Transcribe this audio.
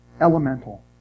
Elemental